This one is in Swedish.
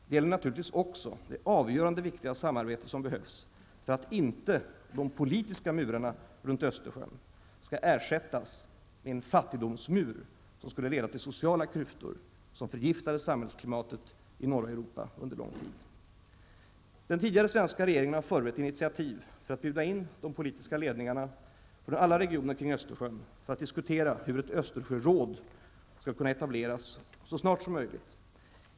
Det gäller naturligtvis också det avgörande viktiga samarbete som behövs för att inte de politiska murarna runt Östersjön skall ersättas med en fattigdomsmur, som skulle leda till sociala klyftor som förgiftade samhällsklimatet i norra Europa under lång tid. Den tidigare svenska regeringen har förberett initiativ för att bjuda in de politiska ledningarna från alla regioner kring Östersjön för att diskutera hur ett Östersjöråd skall kunna etableras så snart som möjligt.